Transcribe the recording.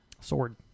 Sword